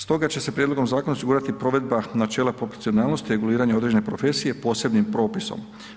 Stoga će se prijedlogom zakona osigurati provedba načela proporcionalnosti i reguliranja određene profesije posebnim propisom.